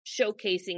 showcasing